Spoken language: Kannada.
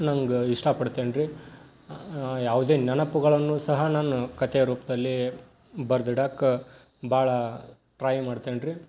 ನಂಗೆ ಇಷ್ಟಪಡ್ತೇನೆ ರೀ ಯಾವುದೇ ನೆನಪುಗಳನ್ನು ಸಹ ನಾನು ಕಥೆಯ ರೂಪದಲ್ಲಿ ಬರ್ದಿಡಕ್ಕೆ ಭಾಳ ಟ್ರೈ ಮಾಡ್ತೇನಿ ರೀ